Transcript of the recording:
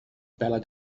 ballad